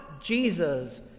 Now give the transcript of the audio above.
Jesus